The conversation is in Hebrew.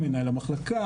מנהל המחלקה,